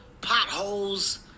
potholes